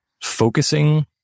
focusing